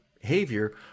behavior